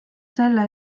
selle